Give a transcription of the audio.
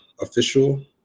official